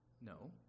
No